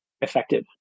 effective